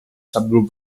subgroup